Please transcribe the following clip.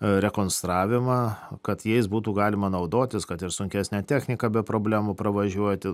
rekonstravimą kad jais būtų galima naudotis kad ir sunkesnė technika be problemų pravažiuoti